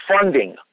funding